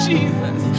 Jesus